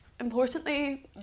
importantly